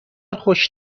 خوش